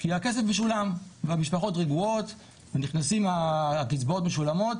כי הכסף משולם והמשפחות רגועות והקצבאות משולמות